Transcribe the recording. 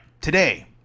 today